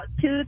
two